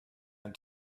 and